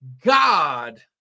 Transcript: God